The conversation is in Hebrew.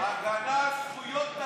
הגנה על זכויות המיעוט.